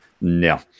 No